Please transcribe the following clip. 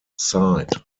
side